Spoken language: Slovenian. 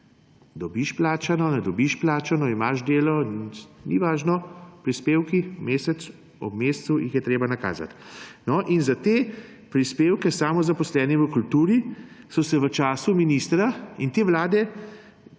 Dobiš plačano, ne dobiš plačano, imaš delo, ni važno, prispevke je ob mesecu treba nakazati. No, in za te prispevke samozaposlenim v kulturi so se v času ministra in te vlade